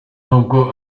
nubwo